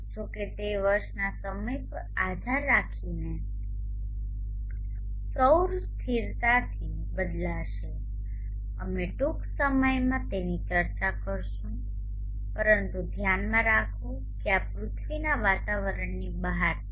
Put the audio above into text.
જો કે તે વર્ષના સમય પર આધાર રાખીને સૌર સ્થિરતાથી બદલાશે અમે ટૂંક સમયમાં તેની ચર્ચા કરીશું પરંતુ ધ્યાનમાં રાખો કે આ પૃથ્વીના વાતાવરણની બહાર છે